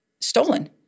stolen